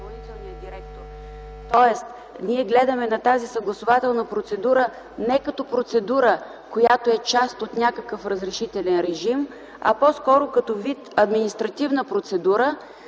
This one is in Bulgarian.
Тоест ние гледаме на тази съгласувателна процедура не като процедура, която е част от някакъв разрешителен режим, а по-скоро като вид административна процедура